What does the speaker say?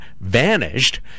vanished